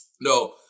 no